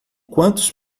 quantos